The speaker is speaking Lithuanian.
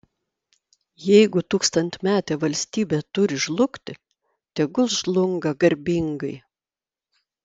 jeigu tūkstantmetė valstybė turi žlugti tegul žlunga garbingai